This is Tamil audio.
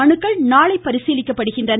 மனுக்கள் நாளை பரிசீலிக்கப்படுகின்றன